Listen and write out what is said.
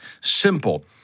simple